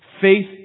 Faith